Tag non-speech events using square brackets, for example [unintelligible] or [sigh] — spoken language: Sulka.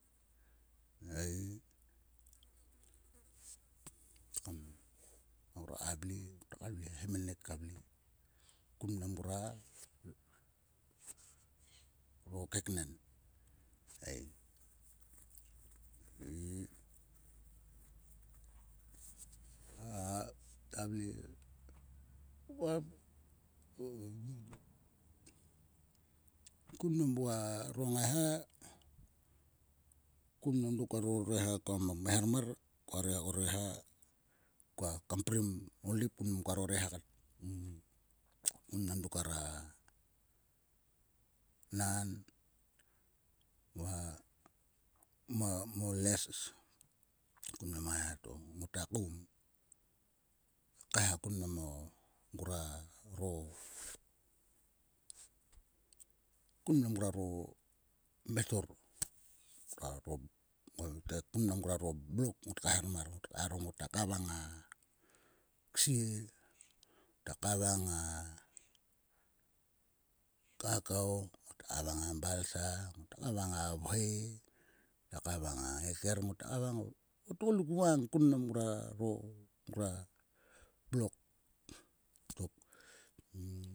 Ei kam ngruaka vle. ngruaka vle hemenek ka vle kun mnam ngroa. o keknen ei. A ta vle [unintelligible] kun mnam koaro ngaiha. Kumnam koaro reha ruk kom kaehar mar. Koaro reha koa kanprim ngoldeip kim koaro reha kat ei. Kun nam dok kar a nan va mo les. kum ma ngaiha to ngota koum. Kaeha kun mnam o ngoaro mhetor. [unintelligible] kun mnam nguaro blok ngot kaehar mar. Ngota kavang a ksie. ngota kavang a kakao. ngota kavang a balsa. Ngota kavang a vhoi. ngota kavang a ngaiker. ngota kavang o tgoluk vang kun mnam ngroaro. nguaro blok tok.